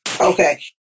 Okay